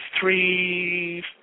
three